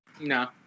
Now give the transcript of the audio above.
No